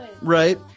right